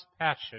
passion